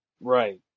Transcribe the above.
Right